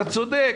אתה צודק'.